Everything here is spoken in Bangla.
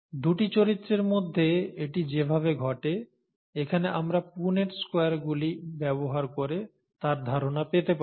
দুটি চরিত্রের মধ্যে এটি যেভাবে ঘটে এখানে আমরা পুনেট স্কয়ারগুলি ব্যবহার করে তার ধারণা পেতে পারি